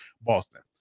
Boston